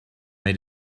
made